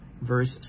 verse